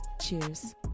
Cheers